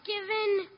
given